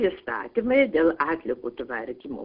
įstatymai dėl atliekų tvarkymo